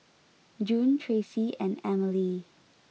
June Tracy and Emilee